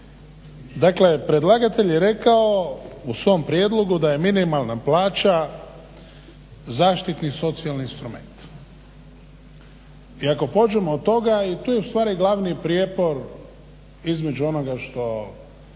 Dakle predlagatelj je rekao u svom prijedlogu da je minimalna plaća zaštitni socijalni instrument. I ako pođemo od toga i tu stvaraju glavni prijepor između onoga što